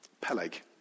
Peleg